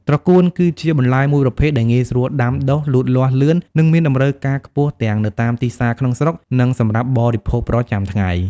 ត្រកួន គឺជាបន្លែមួយប្រភេទដែលងាយស្រួលដាំដុះ លូតលាស់លឿន និងមានតម្រូវការខ្ពស់ទាំងនៅតាមទីផ្សារក្នុងស្រុក និងសម្រាប់បរិភោគប្រចាំថ្ងៃ។